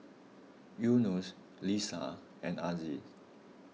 Yunos Lisa and Aziz